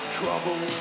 trouble